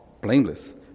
blameless